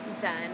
done